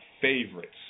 favorites